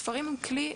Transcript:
ספרים הם כלי,